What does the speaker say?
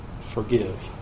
forgive